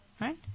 Right